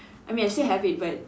I mean I still have it but